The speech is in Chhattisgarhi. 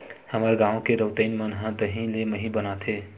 हमर गांव के रउतइन मन ह दही ले मही बनाथे